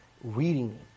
reading